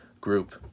group